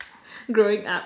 growing up